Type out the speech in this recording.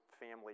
Family